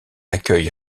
accueille